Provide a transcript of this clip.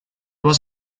was